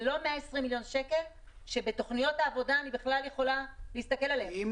זה לא 120 מיליון שקל שבתוכניות העבודה אני בכלל יכולה להסתכל עליהם.